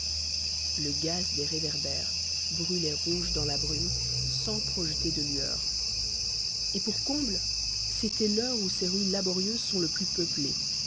le gaz des réverbères brûlait rouge dans la brume sans projeter de lueurs et pour comble c'était l'heure où ces rues laborieuses sont le plus peuplées